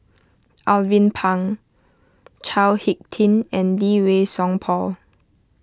Alvin Pang Chao Hick Tin and Lee Wei Song Paul